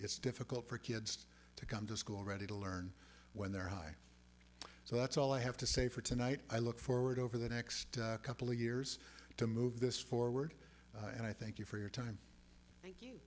it's difficult for kids to come to school ready to learn when they're high so that's all i have to say for tonight i look forward over the next couple of years to move this forward and i thank you for your time